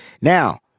now